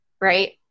right